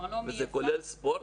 זה כולל ספורט?